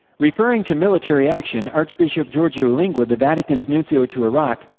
referring to military action, archbishop giorgio lingua, the vatican's nuncio to iraq,